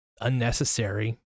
unnecessary